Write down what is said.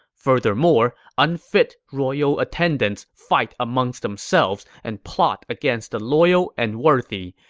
furthermore, unfit royal attendants fight amongst themselves and plot against the loyal and worthy.